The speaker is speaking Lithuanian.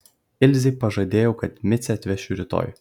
ilzei pažadėjau kad micę atvešiu rytoj